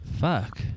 fuck